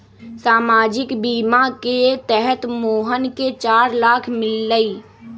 सामाजिक बीमा के तहत मोहन के चार लाख मिललई